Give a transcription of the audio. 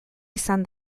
izan